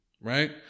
right